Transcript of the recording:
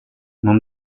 non